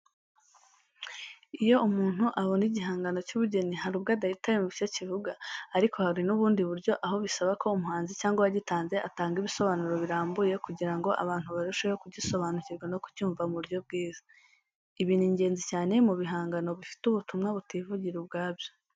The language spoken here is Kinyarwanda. Iyo umuntu abona igihangano cy’ubugeni, hari ubwo adahita yumva icyo kivuga, ariko hari n’ubundi buryo aho bisaba ko umuhanzi cyangwa uwagitanze atanga ibisobanuro birambuye kugira ngo abantu barusheho kugisobanukirwa no kucyumva mu buryo bwiza. Ibi ni ingenzi cyane ku bihangano bifite ubutumwa butivugira ubwabyo.